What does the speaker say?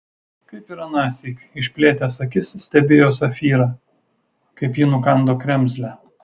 kaip ir anąsyk išplėtęs akis stebėjo safyrą kaip ji nukando kremzlę